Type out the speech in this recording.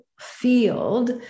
field